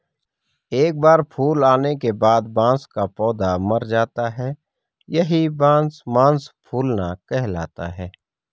एक बार फूल आने के बाद बांस का पौधा मर जाता है यही बांस मांस फूलना कहलाता है